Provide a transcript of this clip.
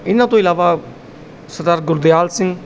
ਇਹਨਾਂ ਤੋਂ ਇਲਾਵਾ ਸਰਦਾਰ ਗੁਰਦਿਆਲ ਸਿੰਘ